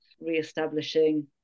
re-establishing